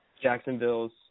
Jacksonville's